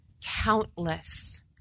countless